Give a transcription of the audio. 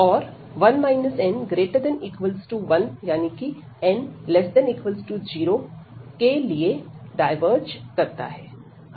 और 1 n≥1 यानी कि n≤0 के लिए डायवर्ज करता है